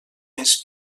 més